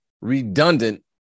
redundant